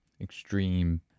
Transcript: extreme